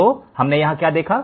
तो यहाँ हमने क्या देखा